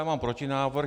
Já mám protinávrh.